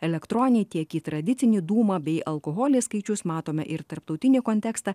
elektroninį tiek į tradicinį dūmą bei alkoholį skaičius matome ir tarptautinį kontekstą